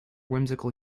whimsical